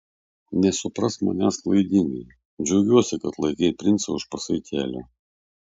nesuprask manęs klaidingai džiaugiuosi kad laikai princą už pasaitėlio